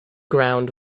ground